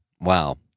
Wow